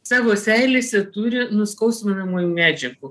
savo seilėse turi nuskausminamųjų medžiagų